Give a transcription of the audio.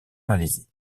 malaisie